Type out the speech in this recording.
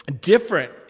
different